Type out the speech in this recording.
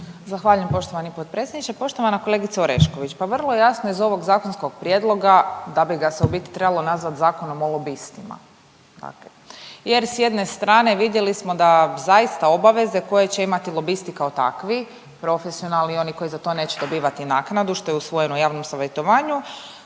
Zahvaljujem poštovani potpredsjedniče. Poštovana kolegice Orešković, pa vrlo je jasno iz ovog zakonskog prijedloga da bi ga se u biti trebalo nazvati Zakonom o lobistima dakle jer s jedne strane vidjeli smo da zaista obaveze koje će imati lobisti kao takvi, profesionalni, oni koji za to neće dobivati naknadu, što je usvojeno u javnom savjetovanju